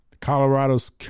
Colorado's